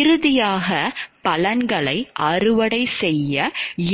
இறுதியாக பலன்களை அறுவடை செய்ய